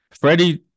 Freddie